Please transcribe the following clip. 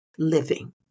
Living